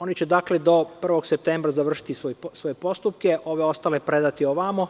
Oni će, dakle, do 1. septembra završiti svoje postupke, ostale predmete predati ovamo,